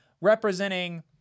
representing